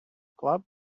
club